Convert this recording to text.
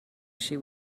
she